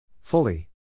Fully